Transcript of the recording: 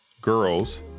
girls